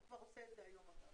הוא כבר עושה את זה היום.